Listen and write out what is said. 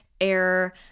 air